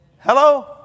Hello